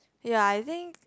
ya I think